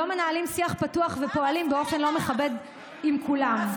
לא מנהלים שיח פתוח ופועלים באופן לא מכבד עם כולם.